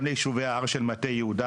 גם ליישובי ההר של מטה יהודה,